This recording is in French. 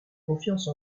confiance